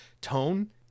tone